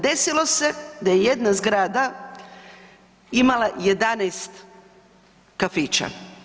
Desilo se da je jedna zgrada imala 11 kafića.